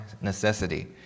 necessity